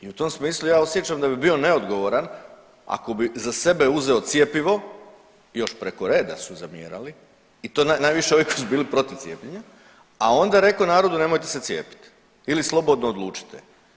I u tom smislu ja osjećam da bi bio neodgovoran ako bi za sebe uzeo cjepivo još preko reda su zamjerali i to najviše ovi koji su bili protiv cijepljenja, a onda reko narodu nemojte se cijepiti ili slobodno odlučite.